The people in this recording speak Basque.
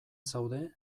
zaude